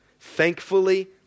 thankfully